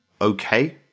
okay